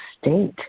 state